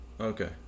Okay